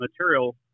material